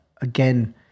again